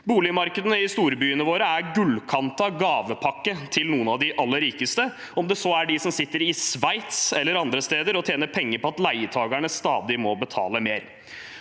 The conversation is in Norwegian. Boligmarkedene i storbyene våre er en gullkantet gavepakke til noen av de aller rikeste, til dem som sitter i Sveits eller andre steder og tjener penger på at leietakerne stadig må betale mer.